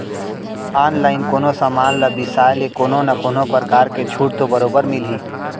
online कोनो समान ल बिसाय ले कोनो न कोनो परकार के छूट तो बरोबर मिलही